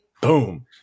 boom